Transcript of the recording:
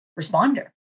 responder